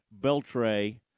Beltray